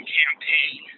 campaign